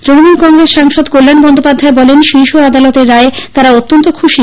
তৃণমূল কংগ্রেস সাংসদ কল্যাণ বন্দোপাধ্যায় বলেন শীর্ষ আদালতের রায়ে তারা অত্যন্ত খুশি